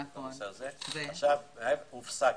זה הופסק.